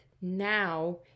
now